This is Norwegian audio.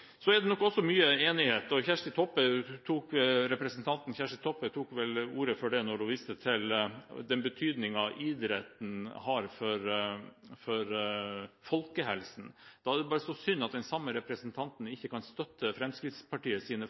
Så er det nok også mye enighet, og representanten Kjersti Toppe viste i den forbindelse til den betydningen idretten har for folkehelsen. Da er det bare så synd at den samme representanten ikke kan støtte